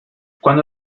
cuando